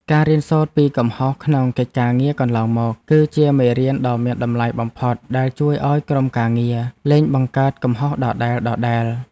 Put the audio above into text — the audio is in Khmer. ការរៀនសូត្រពីកំហុសក្នុងកិច្ចការងារកន្លងមក គឺជាមេរៀនដ៏មានតម្លៃបំផុតដែលជួយឱ្យក្រុមការងារលែងបង្កើតកំហុសដដែលៗ។